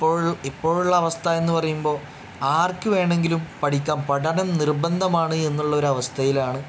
ഇപ്പോൾ ഇപ്പോഴുള്ള അവസ്ഥ എന്ന് പറയുമ്പോൾ ആർക്ക് വേണമെങ്കിലും പഠിക്കാം പഠനം നിർബന്ധമാണ് എന്നുള്ള ഒരു അവസ്ഥയിലാണ്